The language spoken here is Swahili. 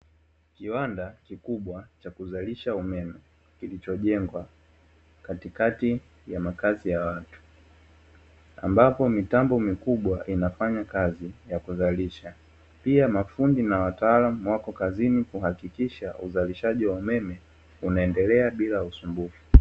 Kiwanda kikubwa cha kuzalisha umeme, kilichojengwa katikati ya makazi ya watu, ambapo mitambo mikubwa inafanya kazi ya kuzalisha. Pia mafundi na wataalamu wako kazini kuhakikisha uzalishaji wa umeme unaendelea bila usumbufu.